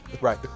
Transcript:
right